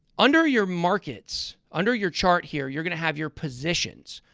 under your markets, under your chart here, you're going to have your positions.